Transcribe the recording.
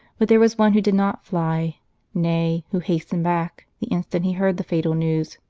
but there was one who did not fly nay, who hastened back, the instant he heard the fatal news,